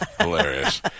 Hilarious